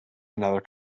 another